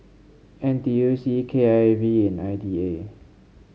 N T U C K I V and I D A